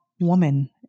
woman